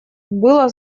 было